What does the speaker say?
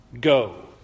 go